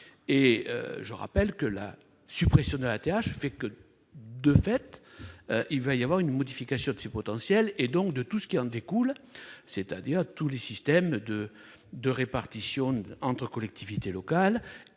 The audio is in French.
Je rappelle que la suppression de la TH entraîne de fait une modification de ces potentiels, et donc de tout ce qui en découle, c'est-à-dire de tous les systèmes de répartition entre collectivités locales,